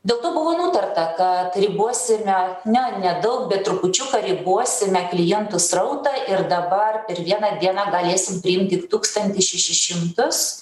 dėl to buvo nutarta kad ribosime ne nedaug bet trupučiuką ribosime klientų srautą ir dabar per vieną dieną galėsim priimti tūkstantį šešis šimtus